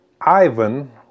Ivan